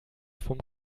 vom